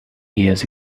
years